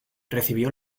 recibió